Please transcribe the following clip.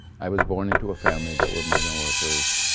i was born into a family that were migrant workers.